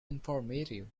informative